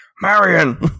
Marion